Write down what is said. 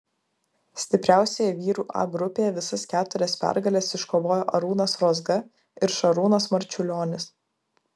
stipriausioje vyrų a grupėje visas keturias pergales iškovojo arūnas rozga ir šarūnas marčiulionis